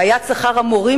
בעיית שכר המורים,